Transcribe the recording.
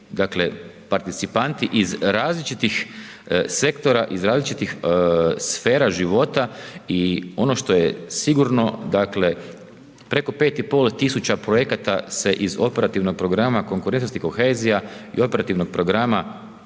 dakle, participanti iz različitih sektora, iz različitih sfera života i ono što je sigurno, dakle, preko 5 i pol tisuća projekata se iz operativnog programa konkurentnosti i kohezija i operativnog programa